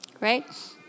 right